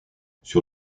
sur